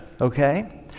okay